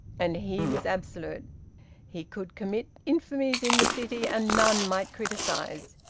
and he was absolute he could commit infamies in the city and none might criticise.